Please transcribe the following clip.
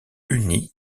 uni